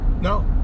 No